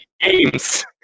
games